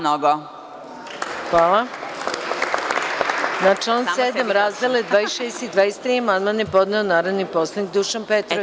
Na član 7. razdele 26. i 23. amandman je podneo narodni poslanik Dušan Petrović.